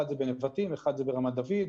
האחד בנבטים והשני ברמת דוד.